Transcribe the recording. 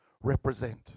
represent